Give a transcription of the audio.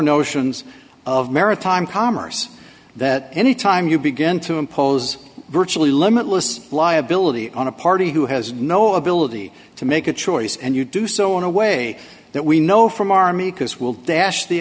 notions of maritime commerce that anytime you begin to impose virtually limitless liability on a party who has no ability to make a choice and you do so in a way that we know from army because will dash the